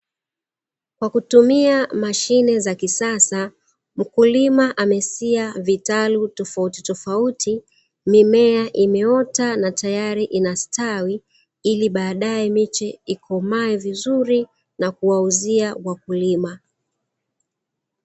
Kwa kutumia mashine za kisasa mkulima amesia vitalu tofautitofauti, mimea imeota na tayari inastawi ili baadae miche ikomae vizuri na kuwauzia wakulima.